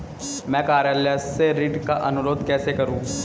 मैं कार्यालय से ऋण का अनुरोध कैसे करूँ?